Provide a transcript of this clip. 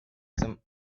some